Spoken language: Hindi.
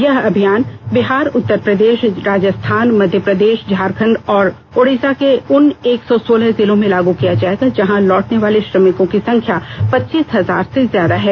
यह अभियान बिहार उत्तर प्रदेश राजस्थान मध्य प्रदेश झारखंड और ओडीसा के उन एक सौ सोलह जिलों में लागू किया जाएगा जहां लौटने वाले श्रमिकों की संख्या पच्चीस हजार से ज्यादा है